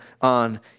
on